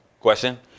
Question